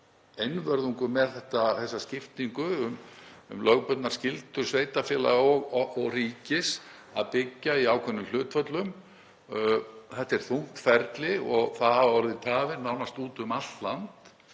einvörðungu með þessa skiptingu um lögbundnar skyldur sveitarfélaga og ríkis til að byggja í ákveðnum hlutföllum. Þetta er þungt ferli og það hafa orðið tafir nánast úti um allt land